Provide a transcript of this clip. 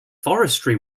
forestry